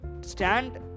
stand